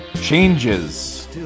changes